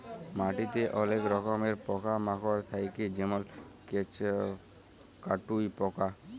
মাটিতে অলেক রকমের পকা মাকড় থাক্যে যেমল কেঁচ, কাটুই পকা